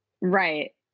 Right